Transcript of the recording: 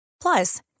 Plus